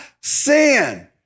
sin